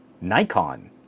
Nikon